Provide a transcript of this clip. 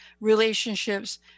relationships